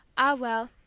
ah, well,